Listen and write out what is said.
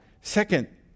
Second